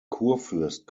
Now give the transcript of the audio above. kurfürst